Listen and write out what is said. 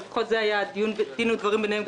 או לפחות זה היה הדין ודברים ביניהם,